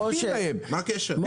משה, מה הקשר?